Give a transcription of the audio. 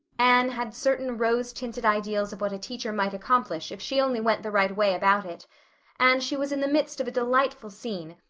anne had certain rose-tinted ideals of what a teacher might accomplish if she only went the right way about it and she was in the midst of a delightful scene,